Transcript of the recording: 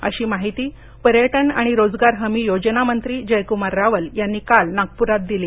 अशी माहिती पर्यटन आणि रोजगार हमी योजना मंत्री जयक्मार रावल यांनी काल नागप्रात दिली